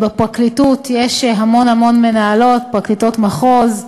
בפרקליטות יש המון המון מנהלות, פרקליטות מחוז,